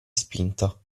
spinta